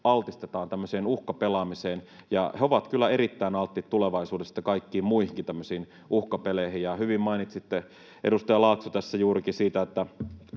tämmöiseen uhkapelaamiseen, ja he ovat kyllä erittäin alttiita tulevaisuudessa sitten kaikkiin muihinkin tämmöisiin uhkapeleihin. Ja hyvin mainitsitte, edustaja Laakso, tässä juuri siitä,